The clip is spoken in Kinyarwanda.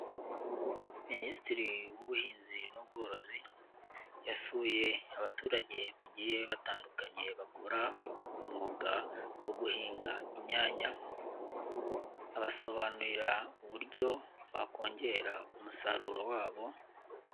Minisitiri w'ubuhinzi n'ubworozi, yasuye abaturage bagiye batandukanye bakora umwuga wo guhinga inyanya, abasobanurira uburyo bakongera umusaruro wabo.